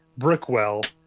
Brickwell